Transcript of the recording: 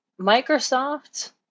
Microsoft